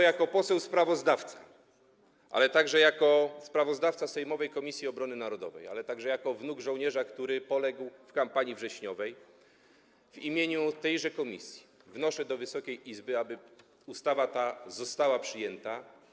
Jako poseł sprawozdawca, jako sprawozdawca sejmowej Komisji Obrony Narodowej, ale także jako wnuk żołnierza, który poległ w kampanii wrześniowej, w imieniu tejże komisji wnoszę do Wysokiej Izby, aby ustawa ta została przyjęta.